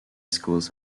schools